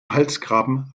halsgraben